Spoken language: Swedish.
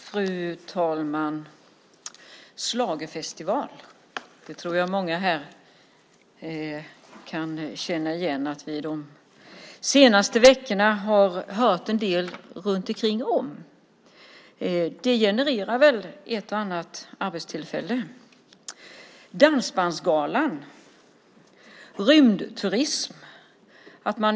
Fru talman! Schlagerfestivalen tror jag att många här har hört en del om de senaste veckorna. Den genererar väl ett och annat arbetstillfälle. Vi har Dansbandsgalan. Vi har rymdturism.